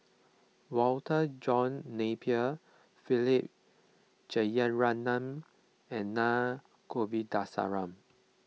Walter John Napier Philip Jeyaretnam and Naa Govindasamy